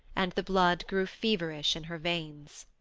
and the blood grew feverish in her veins.